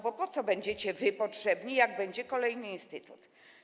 Bo po co będziecie wy potrzebni, jeśli będzie kolejny instytut?